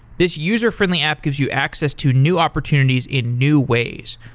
this user-friendly app gives you access to new opportunities in new ways.